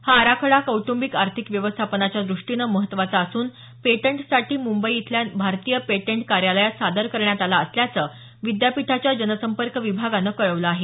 हा आराखडा कौटुंबिक आर्थिक व्यवस्थापनाच्या द्रष्टीनं महत्त्वाचा असून पेटेंटसाठी मुंबई इथल्या भारतीय पेटेंट कार्यालयात सादर करण्यात आला असल्याचं विद्यापीठाच्या जनसंपर्क विभागानं कळवलं आहे